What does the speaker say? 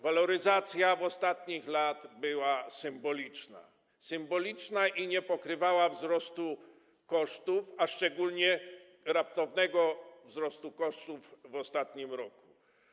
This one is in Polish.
Waloryzacja w ostatnich latach była symboliczna i nie pokrywała wzrostu kosztów, a szczególnie raptownego wzrostu kosztów w ostatnim roku.